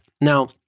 Now